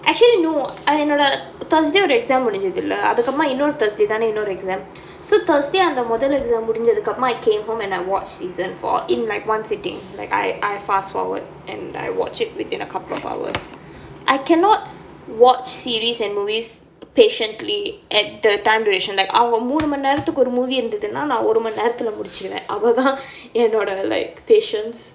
actually no I என்னோட:ennoda thursday ஒரு:oru exam முடிஞ்சதுலே அதுக்கு அப்புறமா இன்னொரு:mudinchathulae athukku appuramaa innoru thursday தான இன்னொரு:thaana innoru exam so thursday அந்த முதல்:antha muthal exam முடிஞ்சதுக்கு அப்புறம்:mudinjathukku appuram I came home and I watched season four in like one sitting like I I fast forward and I watched it within a couple of hours I cannot watch series and movies patiently at the time duration like அவங்க மூனுமணி நேரத்துக்கு ஒரு:avanga moonumani neratthukku oru movie இருந்ததுனா நா ஒரு மணி நேரத்துல்ல முடிச்சுடுவ அவ்வளோ தான் என்னோட:irunthathunaa naa oru mani naeratthula mudichuduva avvalo thaan ennoda like patience